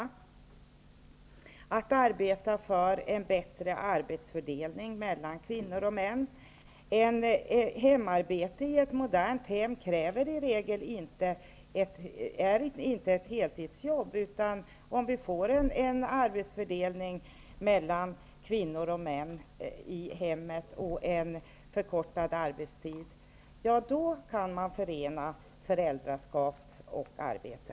Vi vill arbeta för en bättre arbetsfördelning mellan kvinnor och män. Hemarbetet i ett modernt hem är i regel inte ett heltidsjobb. Om vi får en arbetsfördelning mellan kvinnor och män i hemmet och förkortad arbetstid, kan man förena föräldraskap och arbete.